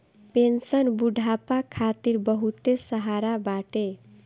pension बुढ़ापा खातिर बहुते सहारा बाटे